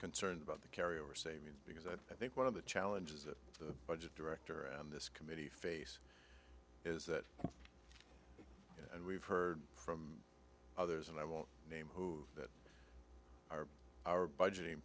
concerned about the carry over savings because i think one of the challenges of the budget director and this committee face is that and we've heard from others and i won't name who that are our budgeting